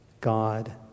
God